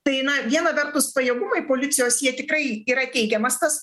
tai na viena vertus pajėgumai policijos jie tikrai yra teigiamas tas